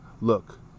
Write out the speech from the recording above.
Look